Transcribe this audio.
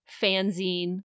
fanzine